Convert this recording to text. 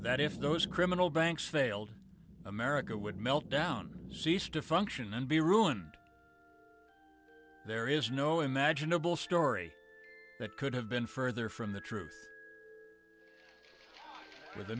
that if those criminal banks failed america would melt down cease to function and be ruined there is no imaginable story that could have been further from the truth with the